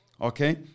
Okay